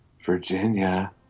Virginia